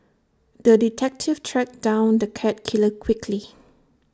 the detective tracked down the cat killer quickly